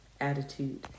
attitude